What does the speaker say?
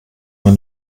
man